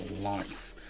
life